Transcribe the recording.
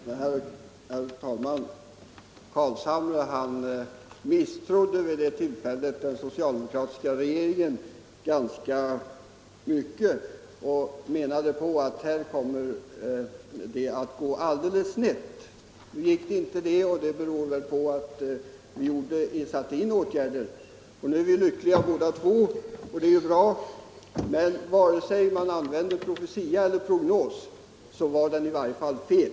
Herr talman! Herr Carlshamre misstrodde vid det tillfället den socialdemokratiska regeringen ganska mycket och menade att det kommer att gå alldeles snett. Nu blev det inte så och det berodde väl på att vi satte in åtgärder. Nu är vi lyckliga båda två och det är ju bra, men vare sig man använde profetia eller prognos så var den i varje fall fel.